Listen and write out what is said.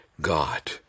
God